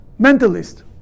mentalist